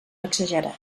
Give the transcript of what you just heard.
exagerat